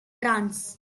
trance